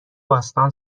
باستان